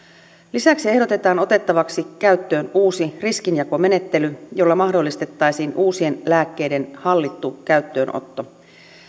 lisäksi ehdotetaan otettavaksi käyttöön uusi riskinjakomenettely jolla mahdollistettaisiin uusien lääkkeiden hallittu käyttöönotto